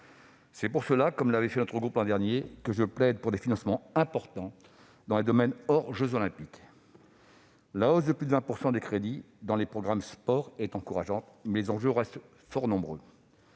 raison pour laquelle, comme notre groupe l'an dernier, je plaide pour des financements importants dans les domaines hors jeux Olympiques. La hausse de plus de 20 % des crédits dans le programme « Sport » est encourageante, mais les enjeux restent fort nombreux.